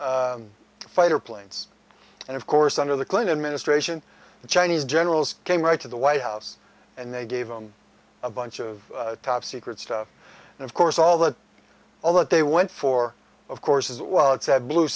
latest fighter planes and of course under the clinton administration the chinese generals came right to the white house and they gave them a bunch of top secret stuff and of course all the all that they went for of course is that while it said blue